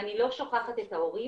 אני לא שוכחת את ההורים,